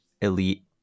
elite